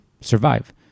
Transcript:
survive